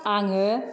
आङो